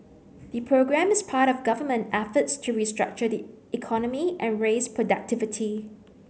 the programme is part of government efforts to restructure the economy and raise productivity